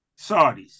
Saudis